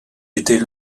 étaient